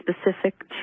specific